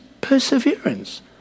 perseverance